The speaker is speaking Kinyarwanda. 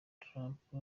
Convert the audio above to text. trump